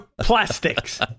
Plastics